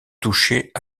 touchait